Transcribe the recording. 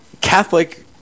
Catholic